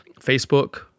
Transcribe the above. Facebook